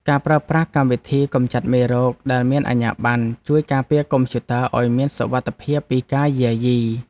ការប្រើប្រាស់កម្មវិធីកំចាត់មេរោគដែលមានអាជ្ញាប័ណ្ណ ជួយការពារកុំព្យូទ័រឱ្យមានសុវត្ថិភាពពីការយាយី។